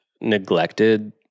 neglected